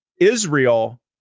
Israel